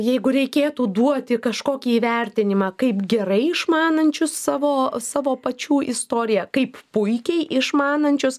jeigu reikėtų duoti kažkokį įvertinimą kaip gerai išmanančius savo savo pačių istoriją kaip puikiai išmanančius